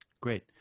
Great